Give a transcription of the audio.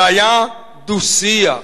והיה דו-שיח.